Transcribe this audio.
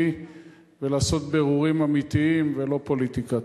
ולעשות בירורים אמיתיים ולא פוליטיקה.